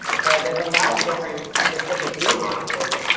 so there's a lot of different specific use cases.